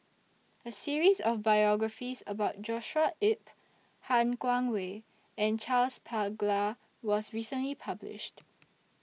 A series of biographies about Joshua Ip Han Guangwei and Charles Paglar was recently published